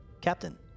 Captain